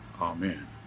amen